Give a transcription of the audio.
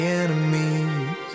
enemies